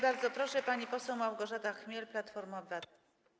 Bardzo proszę, pani poseł Małgorzata Chmiel, Platforma Obywatelska.